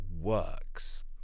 works